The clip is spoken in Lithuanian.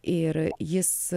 ir jis